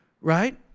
Right